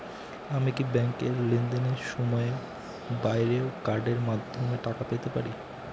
আমি কি ব্যাংকের লেনদেনের সময়ের বাইরেও কার্ডের মাধ্যমে টাকা পেতে পারি?